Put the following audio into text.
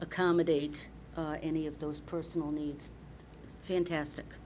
accommodate any of those personal needs fantastic